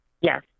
Yes